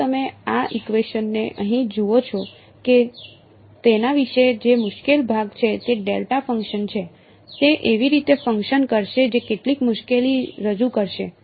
જ્યારે તમે આ ઇકવેશન ને અહીં જુઓ છો કે તેના વિશે જે મુશ્કેલ ભાગ છે તે ડેલ્ટા ફંક્શન છે તે એવી રીતે ફંકશન કરશે જે કેટલીક મુશ્કેલી રજૂ કરશે